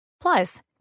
Plus